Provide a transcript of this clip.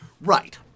Right